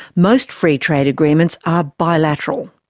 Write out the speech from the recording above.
most free trade agreements are bilateral.